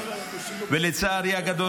לצערי הגדול,